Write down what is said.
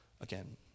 again